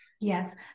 Yes